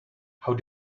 how